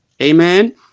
amen